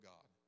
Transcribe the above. God